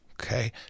Okay